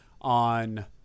on